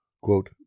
Quote